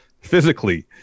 physically